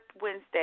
Wednesday